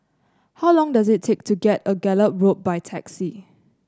how long does it take to get a Gallop Road by taxi